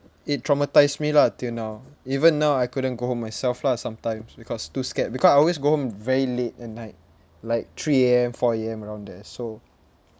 it traumatised me lah till now even now I couldn't go home myself lah sometimes because too scared because I always go home very late at night like three A_M four A_M around there so